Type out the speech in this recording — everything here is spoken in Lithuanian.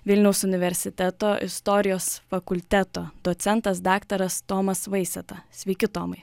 vilniaus universiteto istorijos fakulteto docentas daktaras tomas vaiseta sveiki tomai